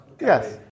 yes